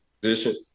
position